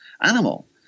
animal